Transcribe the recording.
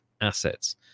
assets